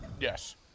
Yes